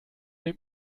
dem